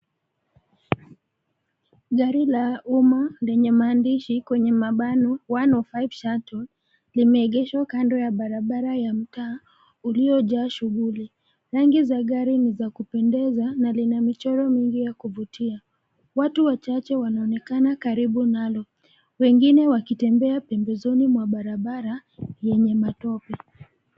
Gari la umma lenye maandishi kwenye mabano 105 Shuttle , limeegeshwa kando ya barabara ya mtaa, uliojaa shughuli, rangi za gari ni za kupendeza na lina michoro mingi ya kuvutia, watu wachache wanaonekana karibu nalo, wengine wakitembea pembezoni mwa barabara, yenye matope.